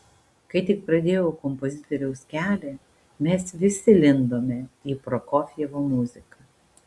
kai tik pradėjau kompozitoriaus kelią mes visi lindome į prokofjevo muziką